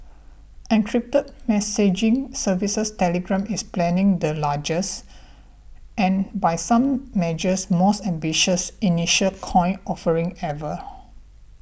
encrypted messaging services Telegram is planning the largest and by some measures most ambitious initial coin offering ever